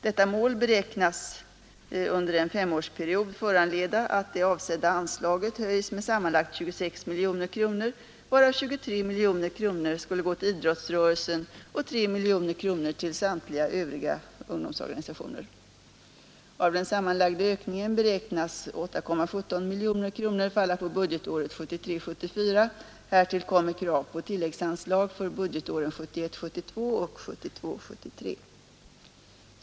Detta mål beräknas under en femårsperiod föranleda att det avsedda anslaget höjs med sammanlagt 26 miljoner kronor, varav 23 miljoner kronor skulle gå till idrottsrörelsen och 3 miljoner kronor till samtliga övriga ungdomsorganisationer. Av den sammanlagda ökningen beräknas 8,17 miljoner kronor falla på budgetåret 1973 72 och 1972/73.